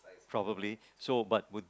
probably so but would